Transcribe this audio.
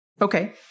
Okay